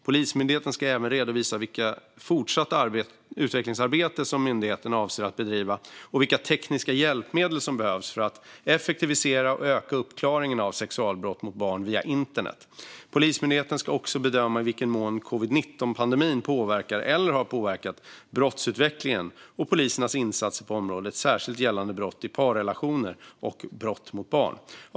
Polismyndigheten ska även redovisa vilket fortsatt utvecklingsarbete som myndigheten avser att bedriva och vilka tekniska hjälpmedel som behövs för att effektivisera och öka uppklaringen av sexualbrott mot barn via internet. Polismyndigheten ska också bedöma i vilken mån covid-19-pandemin påverkar eller har påverkat brottsutvecklingen och polisens insatser på området, särskilt gällande brott i parrelationer och brott mot barn.